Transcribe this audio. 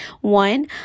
One